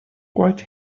quite